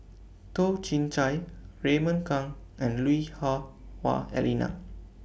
Toh Chin Chye Raymond Kang and Lui Hah Wah Elena